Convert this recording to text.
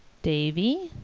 davy?